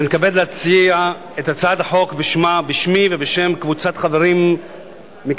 אני מתכבד להציע את הצעת החוק בשמי ובשם קבוצת חברים מקדימה,